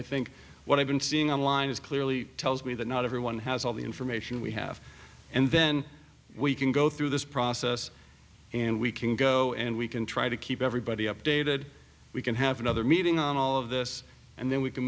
i think what i've been seeing online is clearly tells me that not everyone has all the information we have and then we can go through this process and we can go and we can try to keep everybody updated we can have another meeting on all of this and then